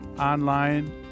online